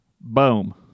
Boom